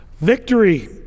victory